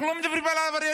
אנחנו לא מדברים על עבריינים.